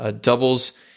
doubles